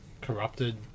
corrupted